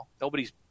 Nobody's